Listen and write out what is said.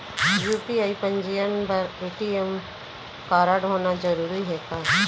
UPI पंजीयन बर ATM कारडहोना जरूरी हे का?